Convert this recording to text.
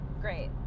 Great